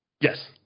Yes